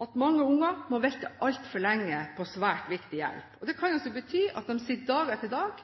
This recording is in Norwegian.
at mange unger må vente altfor lenge på svært viktig hjelp. Det kan bety at de sitter dag etter dag